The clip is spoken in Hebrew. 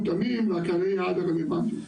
הממשלה כדי לקדם את אותם חמישה עולמות תוכן: